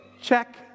check